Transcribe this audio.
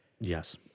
Yes